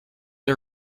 are